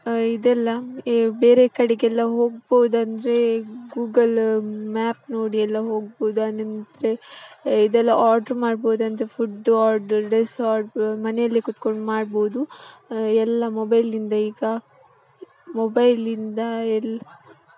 ಇದೆಲ್ಲ ಈ ಬೇರೆ ಕಡೆಗೆಲ್ಲ ಹೋಗ್ಬೌದು ಅಂದರೆ ಗೂಗಲ್ ಮ್ಯಾಪ್ ನೋಡಿ ಎಲ್ಲ ಹೋಗ್ಬೋದು ಆನಂತರ ಇದೆಲ್ಲ ಆರ್ಡ್ರ್ ಮಾಡ್ಬೌದು ಅಂದರೆ ಫುಡ್ ಆರ್ಡ್ರ್ ಡ್ರೆಸ್ ಆರ್ಡ್ರ್ ಮನೆಯಲ್ಲೆ ಕುತ್ಕೊಂಡು ಮಾಡ್ಬೋದು ಎಲ್ಲ ಮೊಬೈಲಿಂದ ಈಗ ಮೊಬೈಲಿಂದ ಎಲ್ಲ